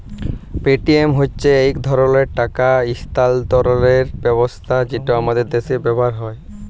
Paytm হছে ইক ধরলের টাকা ইস্থালাল্তরের ব্যবস্থা যেট আমাদের দ্যাশে ব্যাভার হ্যয়